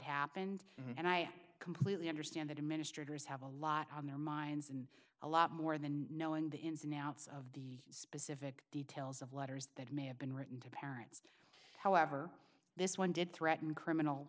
happened and i completely understand that administrators have a lot on their minds and a lot more than knowing the ins and outs of the specific details of letters that may have been written to parents however this one did threaten criminal